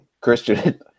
Christian